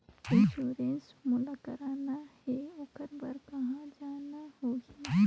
Insurance मोला कराना हे ओकर बार कहा जाना होही?